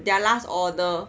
their last order